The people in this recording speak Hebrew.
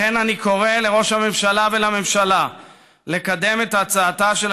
לכן אני קורא לראש הממשלה ולממשלה לקדם את הצעתה של